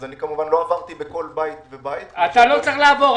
אז אני כמובן לא עברתי בכל בית ובית --- אתה לא צריך לעבור,